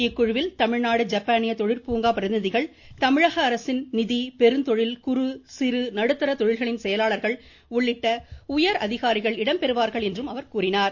இக்குழுவில் தமிழ்நாடு ஜப்பானிய தொழிற்பூங்கா பிரதிநிதிகள் தமிழக அரசின் நிதி பெருந்தொழில் குறு சிறு நடுத்தர தொழில்களின் செயலாளர்கள் உள்ளிட்ட உயர் அதிகாரிகள் இடம்பெறுவார்கள் என்றும் அவர் கூறினார்